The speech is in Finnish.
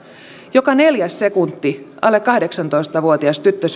joka neljäs sekunti alle kahdeksantoista vuotias tyttö